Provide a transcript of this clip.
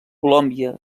colòmbia